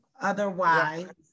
otherwise